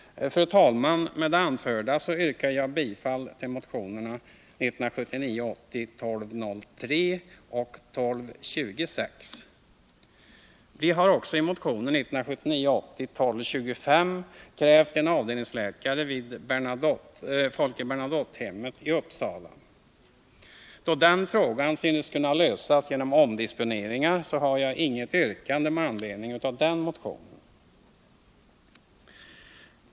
Fru talman! Med det anförda yrkar jag bifall till vpk-motionerna 1979 80:1225 krävt en avdelningsläkare vid Folke Bernadottehemmet i Uppsala. Då den frågan synes kunna lösas genom omdisponeringar har jag inget yrkande med anledning av den motionen.